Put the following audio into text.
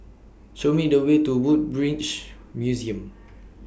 Show Me The Way to Woodbridge Museum